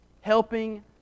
helping